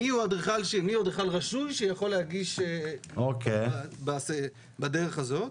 מיהו אדריכל רשוי שיכול להגיש בדרך הזאת.